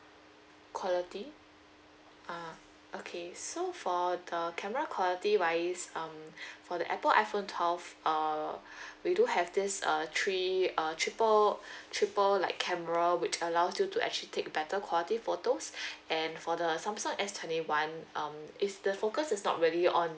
quality ah okay so for the camera quality wise um for the apple iphone twelve err we do have this uh three uh triple triple like camera which allows you to actually take a better quality photos and for the samsung S twenty one um if the focus is not really on